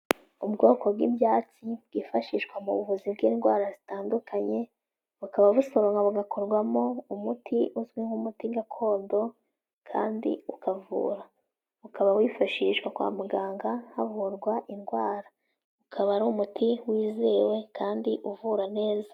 Ubwoko bw'ibyatsi bwifashishwa mu buvuzi bw'indwara zitandukanye, bukaba busoromwa bugakorwamo umuti uzwi nk'umuti gakondo kandi ukavura, ukaba wifashishwa kwa muganga havurwa indwara, ukaba ari umuti wizewe kandi uvura neza.